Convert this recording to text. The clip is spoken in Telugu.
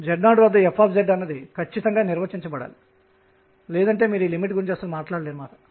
మేము ఇప్పుడు దీనిని సాధారణీకరించబోతున్నాము